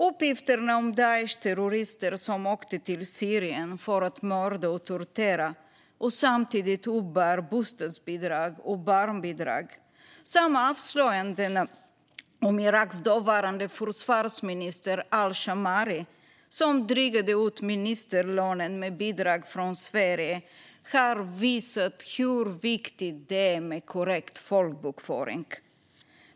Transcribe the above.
Uppgifterna om Daishterrorister som åkte till Syrien för att mörda och tortera och samtidigt uppbar bostadsbidrag och barnbidrag samt avslöjandet om Iraks dåvarande försvarsminister al-Shammari, som drygade ut ministerlönen med bidrag från Sverige, har visat hur viktigt det är med korrekt folkbokföring.